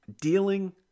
dealing